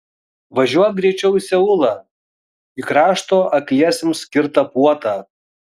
važiuok greičiau į seulą į krašto akliesiems skirtą puotą